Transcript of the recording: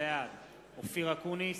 בעד אופיר אקוניס,